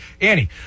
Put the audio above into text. Annie